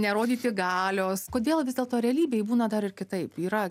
nerodyti galios kodėl vis dėlto realybėj būna dar ir kitaip yra